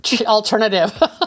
alternative